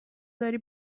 داری